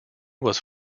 was